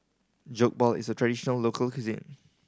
Jokbal is a traditional local cuisine